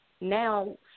now